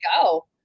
go